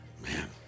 Man